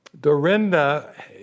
Dorinda